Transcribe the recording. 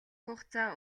хугацаа